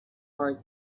heart